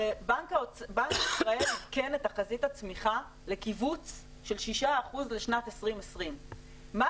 הרי בנק ישראל עדכן את תחזית הצמיחה לכיווץ של 6% לשנת 2020. מה